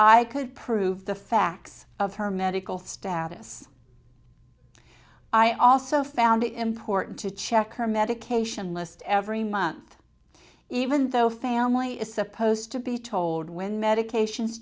i could prove the facts of her medical status i also found it important to check her medication list every month even though family is supposed to be told when medications